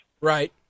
Right